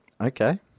Okay